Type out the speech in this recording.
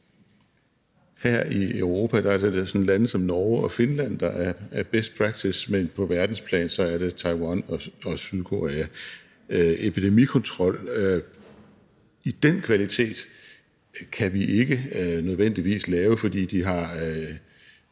Her i Europa er det lande som Norge og Finland, der udviser best practice, men på verdensplan er det Taiwan og Sydkorea. Epidemikontrol i den kvalitet kan vi ikke nødvendigvis lave, for de har